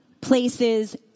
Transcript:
places